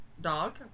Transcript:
dog